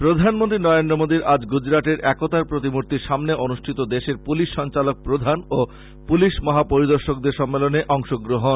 প্রধানমন্ত্রী নরেন্দ্র মোদীর আজ গুজরাটের একতার প্রতিমূর্তির সামনে অনুষ্ঠিত দেশের পুলিশ সঞ্চালক প্রধান ও পুলিশ মহাপরিদর্শকদের সম্মেলনে অংশ গ্রহন